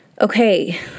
Okay